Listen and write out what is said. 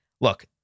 look